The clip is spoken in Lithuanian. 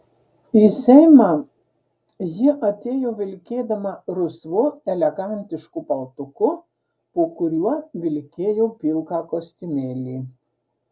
į seimą ji atėjo vilkėdama rusvu elegantišku paltuku po kuriuo vilkėjo pilką kostiumėlį